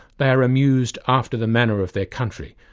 they are amused after the manner of their country.